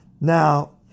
Now